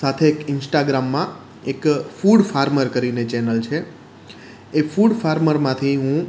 સાથે એક ઇન્સ્ટાગ્રામમાં એક ફૂડ ફાર્મર કરીને ચેનલ છે એ ફૂડ ફાર્મરમાંથી હું